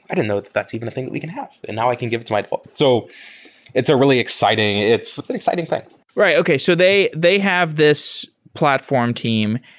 i didn't know that that's even a thing that we can have, and now i can give it to my default. so it's a really exciting it's an exciting thing right. okay. so they they have this platform team,